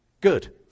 good